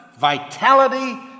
vitality